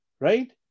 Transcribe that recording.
Right